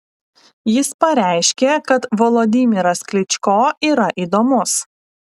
jis pareiškė kad volodymyras klyčko yra įdomus